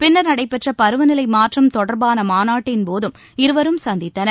பின்னர் நடைபெற்ற பருவநிலை மாற்றம் தொடர்பான மாநாட்டின்போதும் இருவரும் சந்தித்தனர்